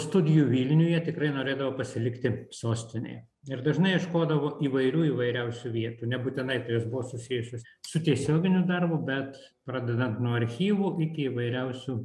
studijų vilniuje tikrai norėdavo pasilikti sostinėje ir dažnai ieškodavo įvairių įvairiausių vietų nebūtinai tai jos buvo susijusios su tiesioginiu darbu bet pradedant nuo archyvų iki įvairiausių